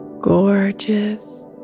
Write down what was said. gorgeous